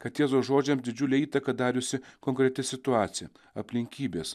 kad jėzaus žodžiam didžiulę įtaką dariusi konkreti situacija aplinkybės